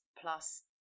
plus